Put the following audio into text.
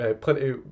plenty